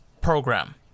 program